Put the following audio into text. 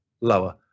Lower